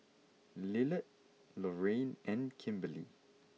Lillard Lorayne and Kimberly